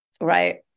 Right